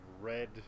red